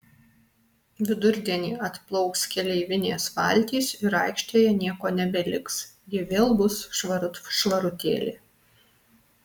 vidurdienį atplauks keleivinės valtys ir aikštėje nieko nebeliks ji vėl bus švarut švarutėlė